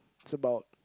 it's about